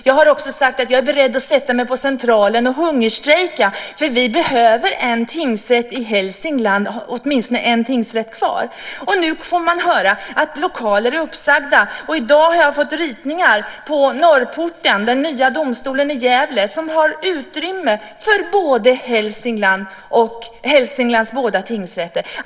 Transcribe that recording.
Jag har också sagt att jag är beredd att sätta mig på Centralen och hungerstrejka, för vi behöver åtminstone en tingsrätt kvar i Hälsingland. Nu får man höra att lokaler är uppsagda. I dag har jag fått ritningar på Norrporten, den nya domstolen i Gävle, som har utrymme för Hälsinglands båda tingsrätter.